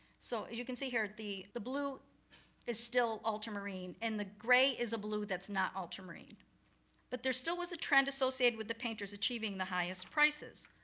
so you can see here, the the blue is still ultramarine, and the gray is a blue that's not ultramarine. but there still was a trend associated with the painters achieving the highest prices.